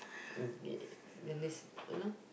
mooncake then this you know